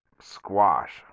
squash